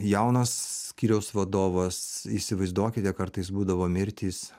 jaunas skyriaus vadovas įsivaizduokite kartais būdavo mirtys